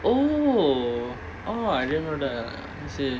oh oh I didn't know that I see